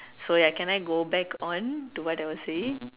so ya can I go back on to what I was saying